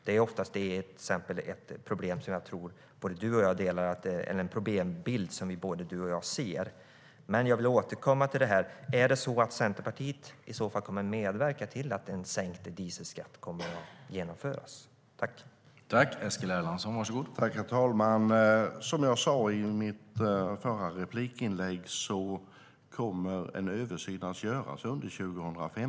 Det är oftast en problembild som jag tror att både du och jag ser.